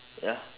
ya